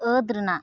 ᱟᱹᱫᱽ ᱨᱮᱱᱟᱜ